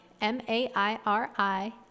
M-A-I-R-I